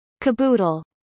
Caboodle